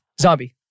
Zombie